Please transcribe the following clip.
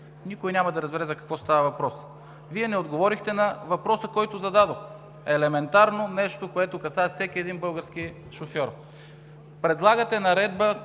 никой няма да разбере за какво става въпрос. Вие не отговорихте на въпроса, който зададох – елементарно нещо, което касае всеки един български шофьор. Предлагате в наредба